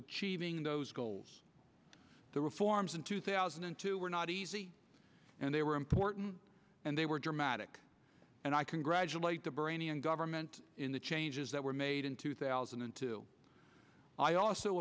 achieving those goals the reforms in two thousand and two were not easy and they were important and they were dramatic and i congratulate the bahraini government in the changes that were made in two thousand and two i also